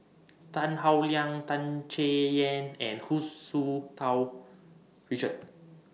Tan Howe Liang Tan Chay Yan and Hu Tsu Tau Richard